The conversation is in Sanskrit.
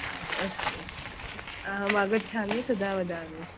आम् अस्तु अस्तु अहम् आगच्छामि तदा वदामि